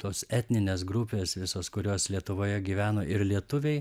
tos etninės grupės visos kurios lietuvoje gyveno ir lietuviai